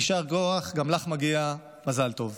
יישר כוח, גם לך מגיע מזל טוב.